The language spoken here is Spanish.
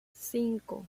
cinco